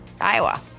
Iowa